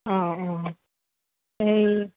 অঁ অঁ এই